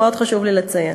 מאוד חשוב לי לציין.